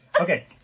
Okay